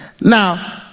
now